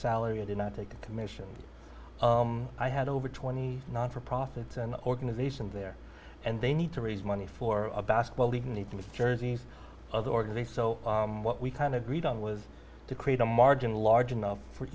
salary i did not take a commission i had over twenty not for profits an organization there and they need to raise money for a basketball league need to make jerseys of the organization so what we kind of agreed on was to create a margin large enough for